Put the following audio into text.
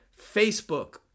Facebook